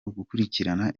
ugukurikirana